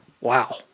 wow